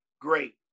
Great